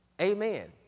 Amen